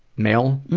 male,